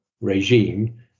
regime